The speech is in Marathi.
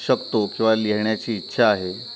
शकतो किंवा लिहिण्याची इच्छा आहे